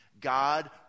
God